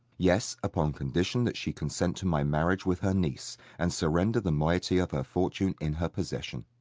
yes, upon condition that she consent to my marriage with her niece, and surrender the moiety of her fortune in her possession.